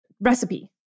recipe